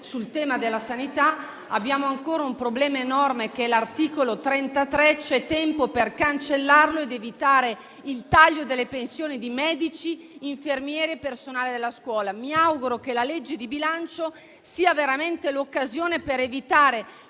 sul tema della sanità. Abbiamo ancora un problema enorme che è l'articolo 33. C'è tempo per cancellarlo ed evitare il taglio delle pensioni di medici, infermieri e personale della scuola. Mi auguro che la legge di bilancio sia veramente l'occasione per evitare